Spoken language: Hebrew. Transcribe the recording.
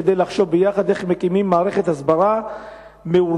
כדי לחשוב יחד איך מקימים מערכת הסברה מאורגנת